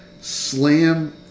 slam